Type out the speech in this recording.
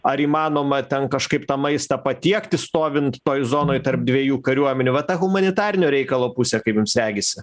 ar įmanoma ten kažkaip tą maistą patiekti stovint toj zonoj tarp dviejų kariuomenių va tą humanitarinio reikalo pusė kaip jums regisi